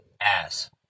ass